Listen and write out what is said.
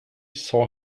saw